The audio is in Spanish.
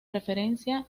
referencia